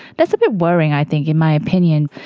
that's a bit worrying i think in my opinion.